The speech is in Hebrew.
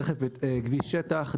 רכב כביש שטח,